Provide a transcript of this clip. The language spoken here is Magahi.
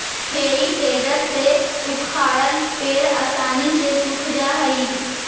हेइ टेडर से उखाड़ल पेड़ आसानी से सूख जा हई